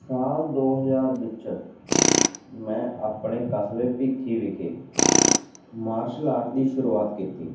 ਸਾਲ ਦੋ ਹਜ਼ਾਰ ਵਿੱਚ ਮੈਂ ਆਪਣੇ ਕਸਬੇ ਭਿੱਖੀ ਵਿਖੇ ਮਾਰਸ਼ਲ ਆਰਟ ਦੀ ਸ਼ੁਰੂਆਤ ਕੀਤੀ